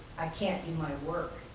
i can't do my work.